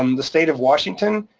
um the state of washington,